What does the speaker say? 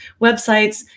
websites